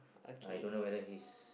I don't know whether he is